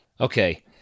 Okay